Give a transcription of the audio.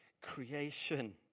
creation